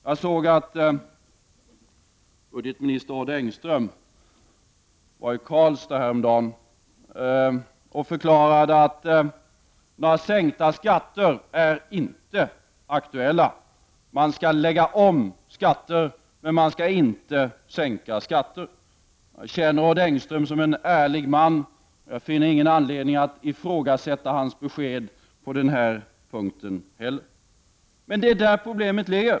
Jag såg att budgetminister Odd Engström var i Karlstad häromdagen och förklarade att några sänkta skatter inte är aktuella. Man skall lägga om skatter, men man skall inte sänka några. Jag känner Odd Engström som en ärlig man och jag finner inte heller någon anledning att ifrågasätta hans besked på den här punkten. Men det är där problemet ligger.